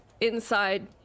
inside